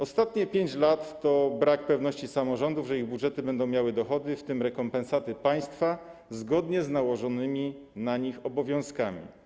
Ostatnie 5 lat to brak pewności samorządów, że ich budżety będą miały dochody, w tym rekompensaty państwa, zgodnie z nałożonymi na nie obowiązkami.